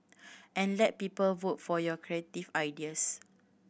and let people vote for your creative ideas